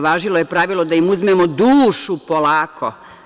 Važilo je pravilo da im uzmemo dušu polako.